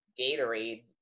Gatorade